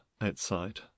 outside